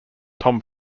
tom